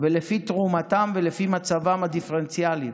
לפי תרומתם ולפי מצבם הדיפרנציאלי.